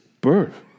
birth